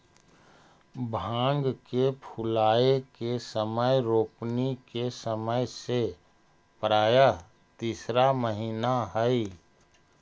भांग के फूलाए के समय रोपनी के समय से प्रायः तीसरा महीना हई